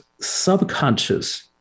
subconscious